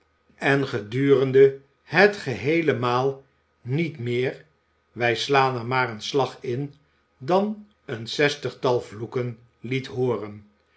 en gedurende het geheele maal niet meer wij slaan er maar een slag in dan een zestigtal vloeken liet hooren